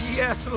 yes